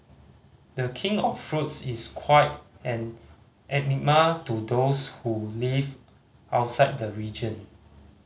The King of Fruits is quite an enigma to those who live outside the region